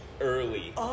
Early